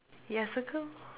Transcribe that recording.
yeah circle